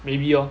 maybe lor